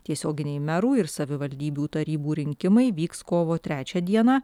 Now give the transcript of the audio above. tiesioginiai merų ir savivaldybių tarybų rinkimai vyks kovo trečią dieną